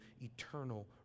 eternal